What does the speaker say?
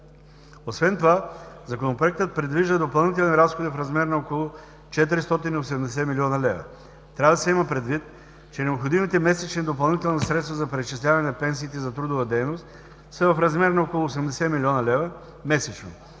Освен това Законопроектът предвижда допълнителни разходи в размер на около 480 млн. лв. Трябва да се има предвид, че необходимите месечни допълнителни средства за преизчисляване на пенсиите за трудова дейност са в размер на около 80 млн. лв. месечно,